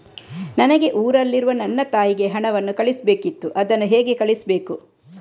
ನನಗೆ ಊರಲ್ಲಿರುವ ನನ್ನ ತಾಯಿಗೆ ಹಣವನ್ನು ಕಳಿಸ್ಬೇಕಿತ್ತು, ಅದನ್ನು ಹೇಗೆ ಕಳಿಸ್ಬೇಕು?